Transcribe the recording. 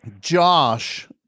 Josh